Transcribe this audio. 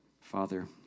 Father